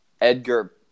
edgar